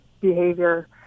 behavior